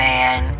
Man